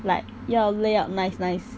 like 要 lay out nice nice